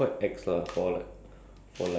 thirty seven